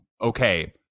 okay